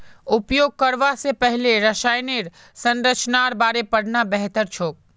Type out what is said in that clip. उपयोग करवा स पहले रसायनेर संरचनार बारे पढ़ना बेहतर छोक